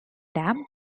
dam